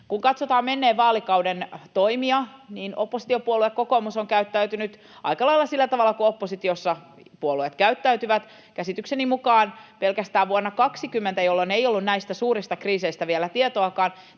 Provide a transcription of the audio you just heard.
Kun katsotaan menneen vaalikauden toimia, niin oppositiopuolue kokoomus on käyttäytynyt aika lailla sillä tavalla kuin oppositiossa puolueet käyttäytyvät. Käsitykseni mukaan pelkästään vuonna 20, jolloin ei ollut näistä suurista kriiseistä vielä tietoakaan,